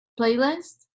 playlist